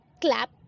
clap